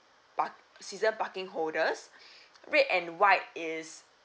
park season parking holders red and white is